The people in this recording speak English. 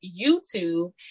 YouTube